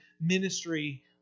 ministry